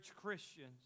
Christians